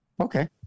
Okay